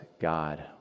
God